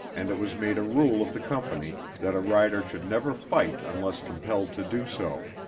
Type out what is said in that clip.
and it was made a rule of the company that a rider should never fight unless compelled to do so.